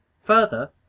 Further